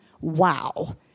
Wow